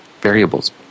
variables